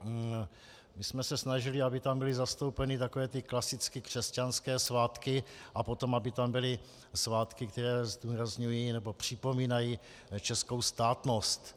My jsme se snažili, aby tam byly zastoupeny takové ty klasicky křesťanské svátky a potom aby tam byly svátky, které zdůrazňují nebo připomínají českou státnost.